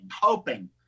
hoping